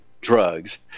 drugs